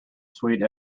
suite